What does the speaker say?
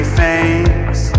face